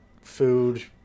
food